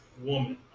woman